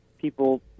people